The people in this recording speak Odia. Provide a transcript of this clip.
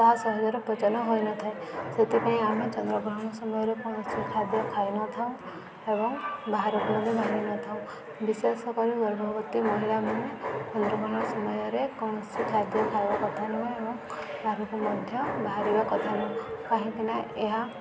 ତାହା ସହଜରେ ହୋଇନଥାଏ ସେଥିପାଇଁ ଆମେ ଚନ୍ଦ୍ରକ୍ରହଣ ସମୟରେ କୌଣସି ଖାଦ୍ୟ ଖାଇନଥାଉ ଏବଂ ବାହାରକୁ ମଧ୍ୟ ବାହାରି ନଥାଉ ବିଶେଷକରି ଗର୍ଭବତୀ ମହିଳାମାନେ ଚନ୍ଦ୍ରକ୍ରହଣ ସମୟରେ କୌଣସି ଖାଦ୍ୟ ଖାଇବା କଥା ନୁହେଁ ଏବଂ ବାହାରକୁ ମଧ୍ୟ ବାହାରିବା କଥା ନୁହେଁ କାହିଁକିନା ଏହା